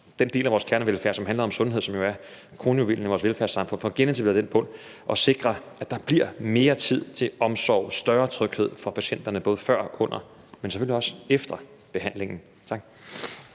den del af vores kernevelfærd, som handler om sundhed, som jo er kronjuvelen i vores velfærdssamfund, og sikre, at der bliver mere tid til omsorg og større tryghed for patienterne både før, under, men selvfølgelig også efter behandlingen. Tak.